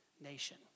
nation